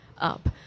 up